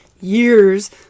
years